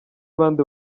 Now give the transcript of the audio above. bande